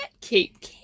keep